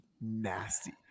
nasty